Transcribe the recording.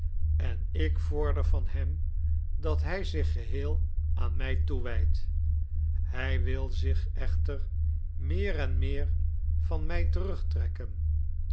en ik vorder van hem dat hij zich geheel aan mij toewijdt hij wil zich echter meer en meer van mij terugtrekken